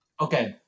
Okay